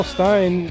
Stein